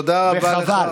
תודה רבה.